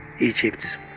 Egypt